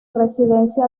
residencia